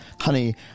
Honey